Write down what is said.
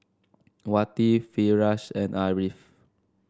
Wati Firash and Ariff